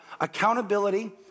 accountability